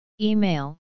Email